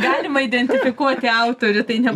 galima identifikuoti autorių tai ne